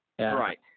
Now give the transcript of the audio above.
Right